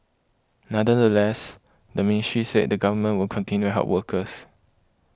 nonetheless the ministry said the Government will continue help workers